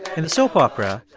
in the soap opera,